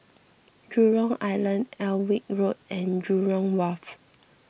Jurong Island Alnwick Road and Jurong Wharf